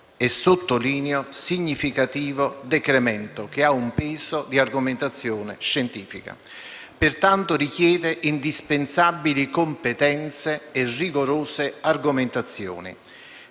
E sottolineo "significativo decremento", che ha un peso di argomentazione scientifica. Pertanto richiede indispensabili competenze e rigorose argomentazioni,